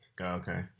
Okay